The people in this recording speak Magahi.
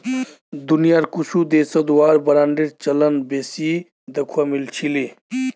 दुनियार कुछु देशत वार बांडेर चलन बेसी दखवा मिल छिले